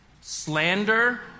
slander